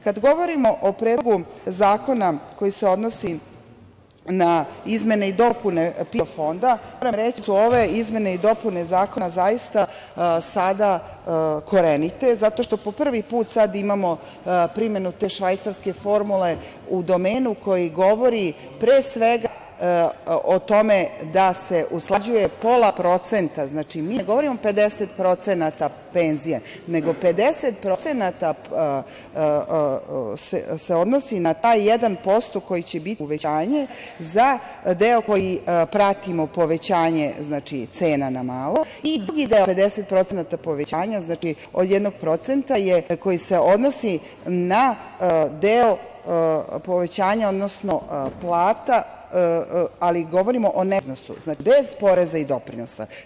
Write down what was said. Kad govorimo o Predlogu zakona koji se odnosi na izmene i dopune PIO fonda, moram reći da su ove izmene i dopune Zakona zaista sada korenite, zato što po prvi put sad imamo primenu te švajcarske formule u domenu koji govori pre svega o tome da se usklađuje pola procenta, znači, mi ne govorimo 50% penzije, nego 50% se odnosi na taj jedan posto koji će biti uvećanje, za deo koji pratimo povećanje cena na malo i drugi deo, 50% povećanja, znači, od 1%, je koji se odnosi na deo povećanja odnosno plata, ali govorimo o neto iznosu, znači, bez poreza i doprinosa.